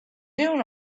doing